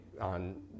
on